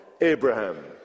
Abraham